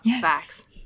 facts